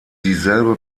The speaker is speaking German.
dieselbe